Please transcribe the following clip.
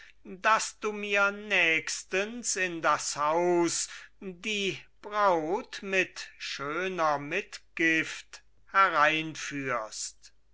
daß du mir nächstens in das haus die braut mit schöner mitgift hereinführst